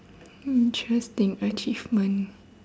interesting achievement